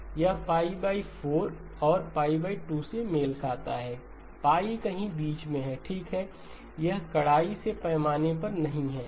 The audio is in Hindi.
यह 4 और π 2 से मेल खाती है π कहीं बीच में है ठीक है यह कड़ाई से पैमाने पर नहीं है